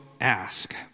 ask